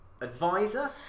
Advisor